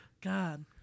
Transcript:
god